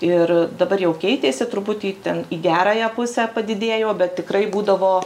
ir dabar jau keitėsi truputį ten į gerąją pusę padidėjo bet tikrai būdavo